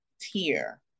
tier